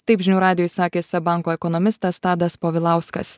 taip žinių radijui sakė seb banko ekonomistas tadas povilauskas